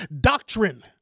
doctrine